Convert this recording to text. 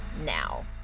now